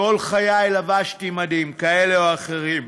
כל חיי לבשתי מדים כאלה או אחרים.